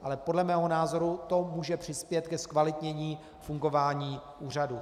Ale podle mého názoru to může přispět ke zkvalitnění fungování úřadu.